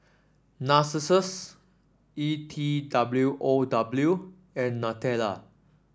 Narcissus E T W O W and Nutella